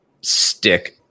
stick